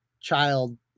child